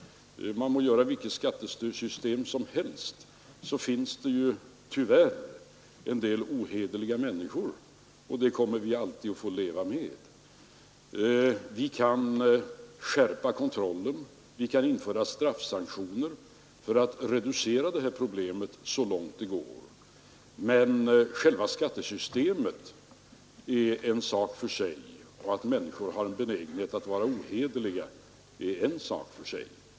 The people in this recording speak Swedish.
Man må konstruera vilket skattesystem som helst, så finns det ju tyvärr en del ohederliga människor, och det kommer vi alltid att få leva med. Vi kan skärpa kontrollen, Vi kan införa straffsanktioner för att reducera det här problemet så långt det går, men själva skattesystemet är en sak för sig och att människor har en benägenhet att vara ohederliga är en sak för sig.